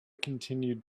continued